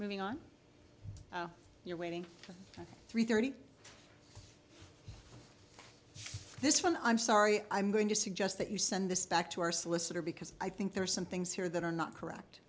moving on you're waiting for three thirty this phone i'm sorry i'm going to suggest that you send this back to our solicitor because i think there are some things here that are not correct